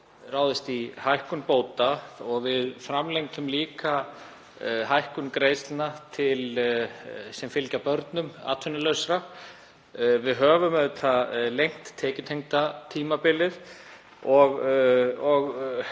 ráðist í hækkun bóta og við framlengdum líka hækkun greiðslna sem fylgja börnum atvinnulausra. Við höfum lengt tekjutengda tímabilið og